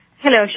Hello